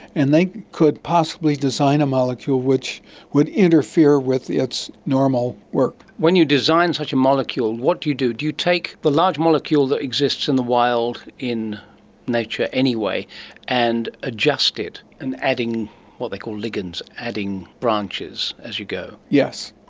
and they could possibly design a molecule which would interfere with its normal work. when you design such a molecule, what do you do? do you take the large molecule that exists in the wild in nature anyway and adjust it, and adding what they call ligands, adding branches as you go? yes,